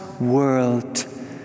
world